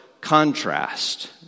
contrast